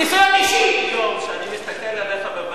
תשאל אותו, תשאל אותו אם הוא היה.